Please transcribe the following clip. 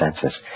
senses